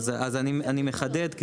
אז אני מחדד.